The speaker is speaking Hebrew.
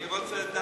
אני רוצה לדעת,